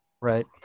right